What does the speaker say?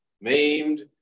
maimed